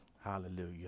Hallelujah